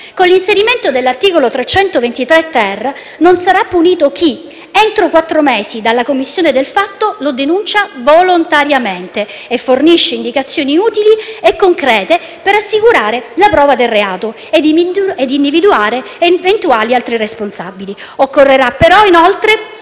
Con l'inserimento dell'articolo 323-*ter* non sarà punito chi, entro quattro mesi dalla commissione del fatto, lo denuncia volontariamente e fornisce indicazioni utili e concrete per assicurare la prova del reato ed individuare eventuali altri responsabili. Occorrerà però inoltre,